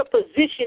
position